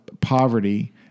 poverty